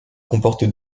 comporte